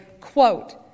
quote